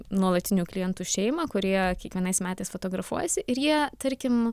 nuolatinių klientų šeimą kurie kiekvienais metais fotografuojasi ir jie tarkim